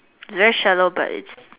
it's very shallow but it's